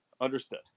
Understood